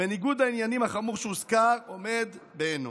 וניגוד העניינים החמור שהוזכר עומד בעינו.